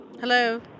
Hello